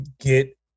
get